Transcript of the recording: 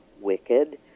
Wicked